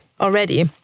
already